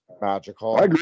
magical